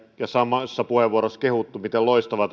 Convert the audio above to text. ja samoissa puheenvuoroissa on kehuttu miten loistava